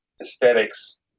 aesthetics